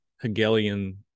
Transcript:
Hegelian